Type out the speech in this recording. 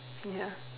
ya